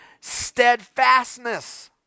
Steadfastness